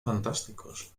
fantásticos